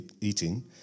eating